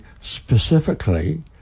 specifically